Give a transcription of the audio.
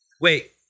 Wait